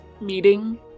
meeting